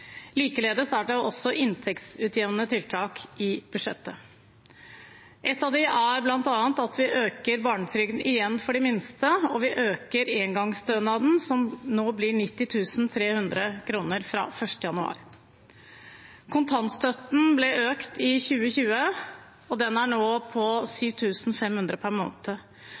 Likeledes er det også inntektsutjevnende tiltak i budsjettet. Ett av dem er at vi øker barnetrygden igjen for de minste, og vi øker også engangsstønaden, som blir på 90 300 kr fra 1. januar. Kontantstøtten ble økt i 2020 og er nå på 7 500 kr per måned.